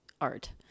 art